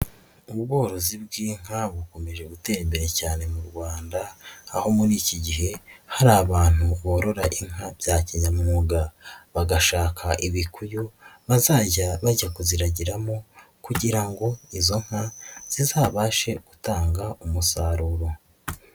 Ubworozi bw'inka bukomeje gutera imbere cyane mu Rwanda aho muri iki gihe hari abantu borora inka bya kinyamwuga, bagashaka ibikuyu bazajya bajya kuziraragiramo kugira ngo izo nka zizabashe gutanga umusaruro.